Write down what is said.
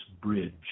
bridge